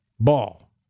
ball